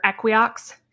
equiox